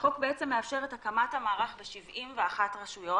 החוק מאפשר את הקמת המערך ב-71 רשויות.